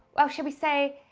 well shall we say,